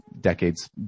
decades